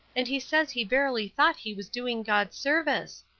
and he says he verily thought he was doing god's service.